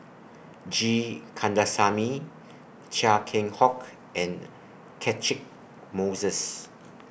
G Kandasamy Chia Keng Hock and Catchick Moses